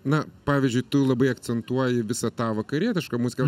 na pavyzdžiui tu labai akcentuoji visą tą vakarietišką muziką